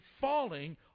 falling